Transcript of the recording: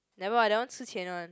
never mind that one 吃钱 one